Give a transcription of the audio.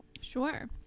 Sure